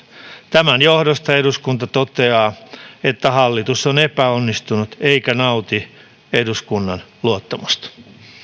tämän johdosta eduskunta toteaa että hallitus on epäonnistunut eikä nauti eduskunnan luottamusta